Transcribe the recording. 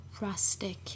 rustic